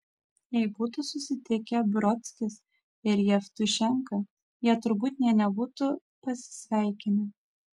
jei būtų susitikę brodskis ir jevtušenka jie turbūt nė nebūtų pasisveikinę